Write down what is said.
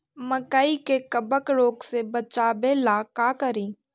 मकई के कबक रोग से बचाबे ला का करि?